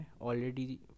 already